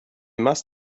must